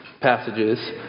passages